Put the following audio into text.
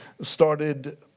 started